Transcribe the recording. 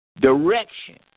direction